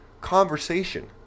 conversation